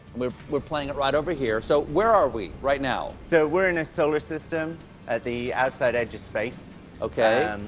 we're we're playing it right over here. so where are we right now? so we're in a solar system at the outside edge of space. stephen okay,